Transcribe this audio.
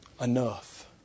Enough